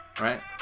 right